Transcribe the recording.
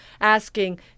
asking